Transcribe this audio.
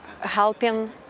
helping